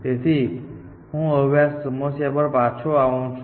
તેથી હું હવે આ સમસ્યા પર પાછો આવું છું